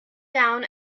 down